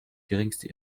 geringste